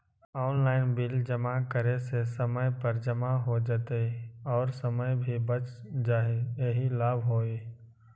Online bill जमा करे से समय पर जमा हो जतई और समय भी बच जाहई यही लाभ होहई?